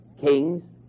kings